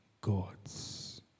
God's